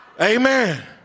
Amen